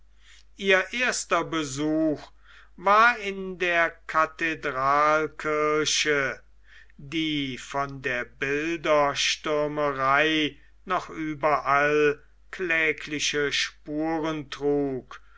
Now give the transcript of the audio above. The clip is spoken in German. ihr erster besuch war in der kathedralkirche die von der bilderstürmerei noch überall klägliche spuren trug